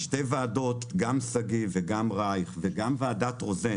שלוש הוועדות גם שגיא, גם רייך וגם ועדת רוזן